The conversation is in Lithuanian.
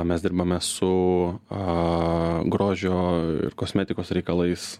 mes dirbame su a grožio ir kosmetikos reikalais